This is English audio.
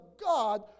God